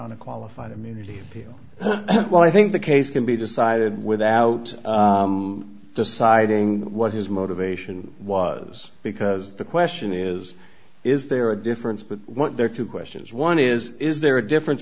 on a qualified immunity appeal well i think the case can be decided without deciding what his motivation was because the question is is there a difference but what there are two questions one is is there a difference